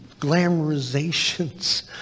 glamorizations